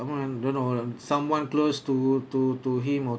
someone don't or not someone close to to to him or